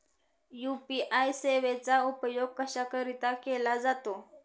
UPI सेवेचा उपयोग कशाकरीता केला जातो?